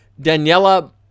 Daniela